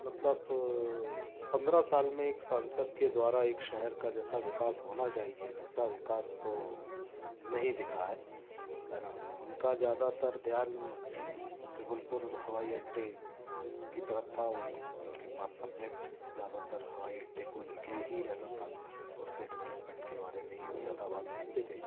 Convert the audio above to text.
मतलब पन्द्रह साल में एक सांसद के द्वारा एक शहर का जैसा विकास होना चाहिए वैसा विकास तो नहीं दिखा है उनका ज़्यादातर ध्यान जबलपुर हवाई अड्डे की तरफ़ था उन उनके पास सब्जेक्ट ज़्यादातर हवाई अड्डे को लेकर ही रहता था उसके डेवलपमेंट के बारे में ही वो ज़्यादा बात करते थे